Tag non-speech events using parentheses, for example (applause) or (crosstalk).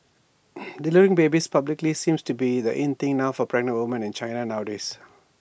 (noise) delivering babies publicly seems to be the in thing now for pregnant women in China nowadays